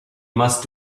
must